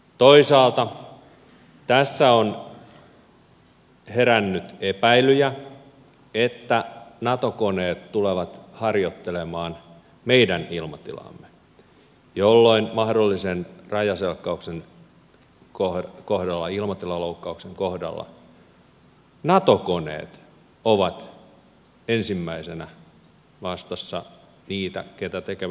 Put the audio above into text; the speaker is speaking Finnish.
toisaalta tässä on herännyt epäilyjä että nato koneet tulevat harjoittelemaan meidän ilmatilaamme jolloin mahdollisen rajaselkkauksen kohdalla ilmatilaloukkauksen kohdalla nato koneet ovat ensimmäisinä vastassa niitä jotka loukkaavat ilmatilaa